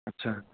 अच्छा